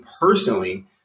personally